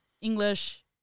English